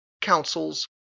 councils